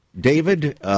David